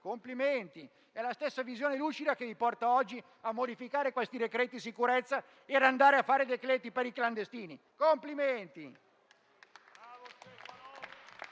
Complimenti! È la stessa visione lucida che vi porta oggi a modificare questi decreti sicurezza e ad andare a fare i decreti per i clandestini. Complimenti!